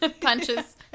punches